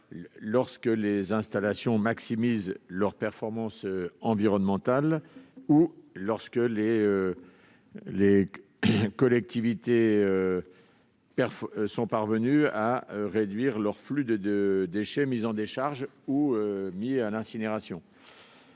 lorsque les installations maximisent leurs performances environnementales ou que les collectivités sont parvenues à réduire leur flux de déchets mis en décharge ou à l'incinération.